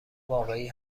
واقعی